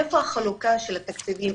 איפה החלוקה של התקציבים?